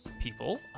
people